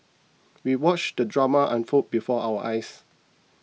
we watched the drama unfold before our eyes